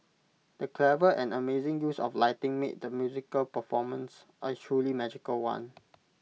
the clever and amazing use of lighting made the musical performance A truly magical one